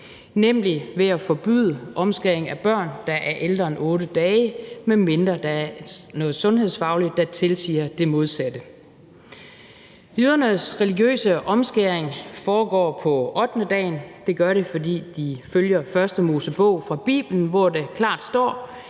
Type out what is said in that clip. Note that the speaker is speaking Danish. nemlig ved at forbyde omskæring af børn, der er ældre end 8 dage, medmindre der er noget sundhedsfagligt, der tilsiger det modsatte. Jødernes religiøse omskæring foregår på ottendedagen. Det gør det, fordi de følger Bibelens Første Mosebog, hvor der klart står,